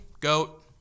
GOAT